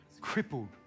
crippled